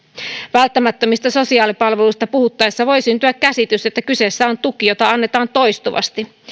välttämättömistä sosiaalipalveluista puhuttaessa voi syntyä käsitys että kyseessä on tuki jota annetaan toistuvasti